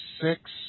six